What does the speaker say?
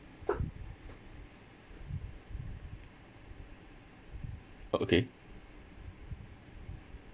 oh okay